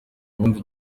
ubundi